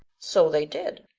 so they did.